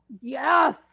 yes